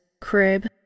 crib